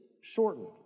shortened